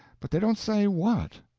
but they don't say what.